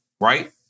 right